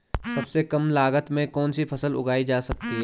सबसे कम लागत में कौन सी फसल उगाई जा सकती है